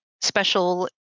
special